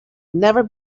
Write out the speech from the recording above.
never